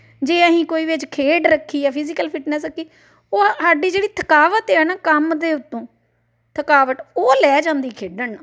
ਜੇ ਅਸੀਂ ਕੋਈ ਵਿੱਚ ਖੇਡ ਰੱਖੀ ਹੈ ਫਿਜੀਕਲ ਫਿਟਨੈਸ ਰੱਖੀ ਉਹ ਸਾਡੀ ਜਿਹੜੀ ਥਕਾਵਟ ਆ ਨਾ ਕੰਮ ਦੇ ਉੱਤੋਂ ਥਕਾਵਟ ਉਹ ਲਹਿ ਜਾਂਦੀ ਖੇਡਣ ਨਾਲ